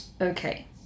okay